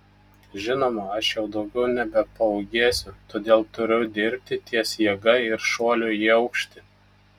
žinoma aš jau daugiau nebepaūgėsiu todėl turiu dirbti ties jėga ir šuoliu į aukštį